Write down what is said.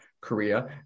Korea